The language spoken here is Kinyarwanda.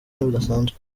budasanzwe